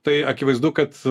tai akivaizdu kad